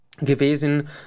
gewesen